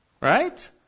right